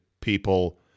people